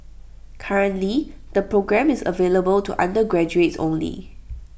currently the programme is available to undergraduates only